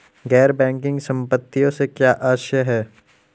गैर बैंकिंग संपत्तियों से क्या आशय है?